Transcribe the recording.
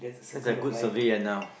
have a good survey and now